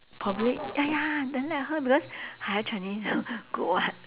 probably ah ya then let her because higher chinese good [what]